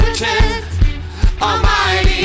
Almighty